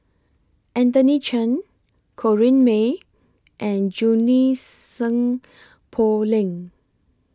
Anthony Chen Corrinne May and Junie Sng Poh Leng